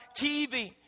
TV